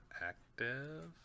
active